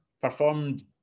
performed